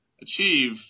achieve